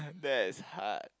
that's hard